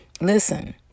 Listen